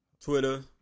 Twitter